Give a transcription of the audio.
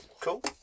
cool